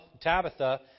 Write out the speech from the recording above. Tabitha